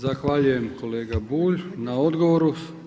Zahvaljujem kolega Bulj na odgovoru.